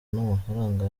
n’amafaranga